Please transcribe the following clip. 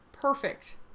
Perfect